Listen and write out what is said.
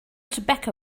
tobacco